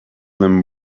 them